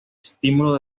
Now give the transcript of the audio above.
estímulo